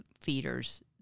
feeders